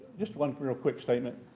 just one real quick statement.